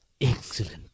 Excellent